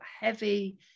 heavy